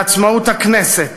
לעצמאות הכנסת,